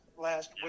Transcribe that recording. last